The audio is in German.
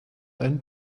einen